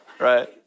Right